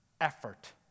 effort